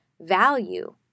value